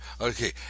okay